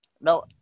no